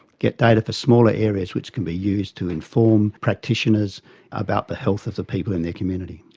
get data for smaller areas which can be used to inform practitioners about the health of the people in their community.